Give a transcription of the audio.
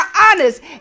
honest